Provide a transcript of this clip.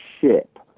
ship